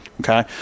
okay